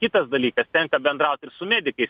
kitas dalykas tenka bendraut ir su medikais